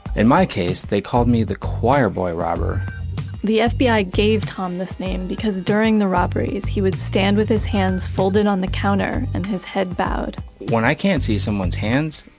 and my case, they called me the choirboy robber the fbi gave tom this name because during the robberies, he would stand with his hands folded on the counter, and his head bowed when i can't see someone's hands,